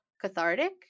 cathartic